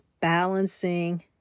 balancing